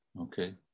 Okay